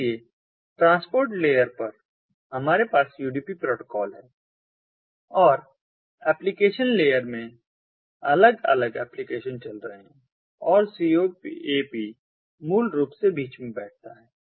इसलिए transport layer पर हमारे पास UDP प्रोटोकॉल है और एप्लीकेशन लेयर में अलग अलग एप्लिकेशन चल रहे हैं और CoAP मूल रूप से बीच में बैठता है